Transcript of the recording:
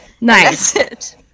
Nice